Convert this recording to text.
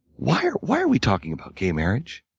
why are why are we talking about gay marriage?